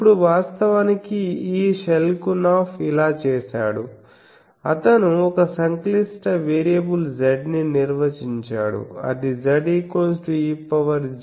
ఇప్పుడు వాస్తవానికి ఈ షెల్కునాఫ్ ఇలా చేసాడు అతను ఒక సంక్లిష్ట వేరియబుల్ Z ని నిర్వచించాడు అది Zejuu0